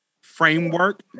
framework